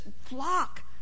flock